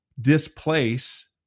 displace